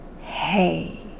hey